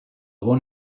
bon